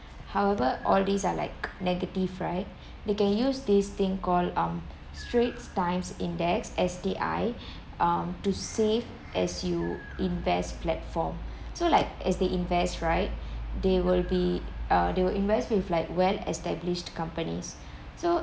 however all these are like negative right they can use this thing call um straits times index S_T_I um to save as you invest platform so like as they invest right they will be err they will invest with like well established companies so